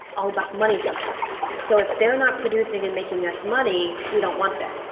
all about money sometimes. yeah so if they're not producing and making us money, we don't want them.